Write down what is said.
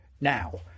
now